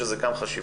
שזה גם חשוב.